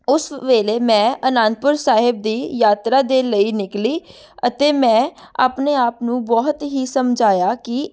ਉਸ ਵੇਲੇ ਮੈਂ ਅਨੰਦਪੁਰ ਸਾਹਿਬ ਦੀ ਯਾਤਰਾ ਦੇ ਲਈ ਨਿਕਲੀ ਅਤੇ ਮੈਂ ਆਪਣੇ ਆਪ ਨੂੰ ਬਹੁਤ ਹੀ ਸਮਝਾਇਆ ਕਿ